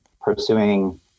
pursuing